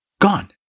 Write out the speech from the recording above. gone